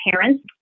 parents